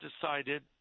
decided